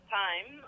time